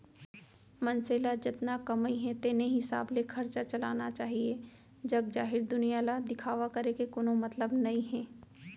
मनसे ल जतना कमई हे तेने हिसाब ले खरचा चलाना चाहीए जग जाहिर दुनिया ल दिखावा करे के कोनो मतलब नइ हे